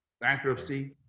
bankruptcy